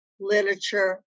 literature